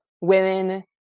women